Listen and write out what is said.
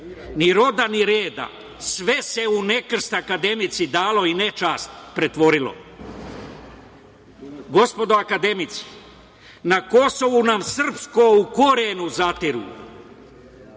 ni roda, ni reda. Sve se unekrst, akademici, dalo i nečast pretvorilo. Gospodo akademici, na Kosovu nam srpsko u korenu zatiru,